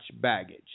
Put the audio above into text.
baggage